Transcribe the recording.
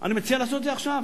אני מציע לעשות את זה עכשיו,